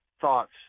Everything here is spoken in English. thoughts